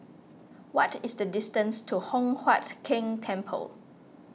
what is the distance to Hock Huat Keng Temple